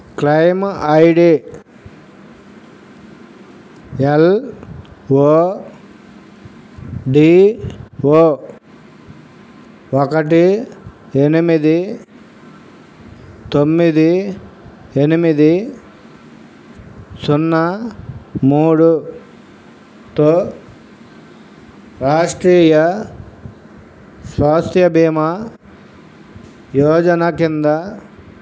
claim ID L O D O ఒకటి ఎనిమిది తొమ్మిది ఎనిమిది సున్నా మూడుతో రాష్ట్రీయ స్వాస్థ్య బీమా యోజన కింద